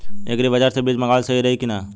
Agri बाज़ार से बीज मंगावल सही रही की ना?